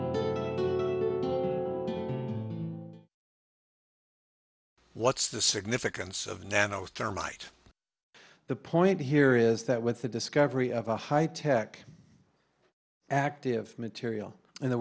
you what's the significance of nano thermite the point here is that with the discovery of a high tech active material in the